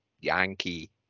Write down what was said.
yankee